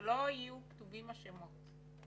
של יהיו כתובים השמות,